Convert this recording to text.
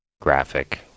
graphic